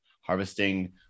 harvesting